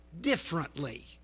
differently